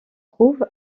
trouve